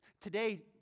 Today